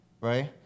right